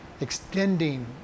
extending